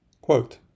Quote